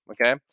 Okay